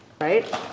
right